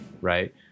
Right